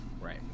right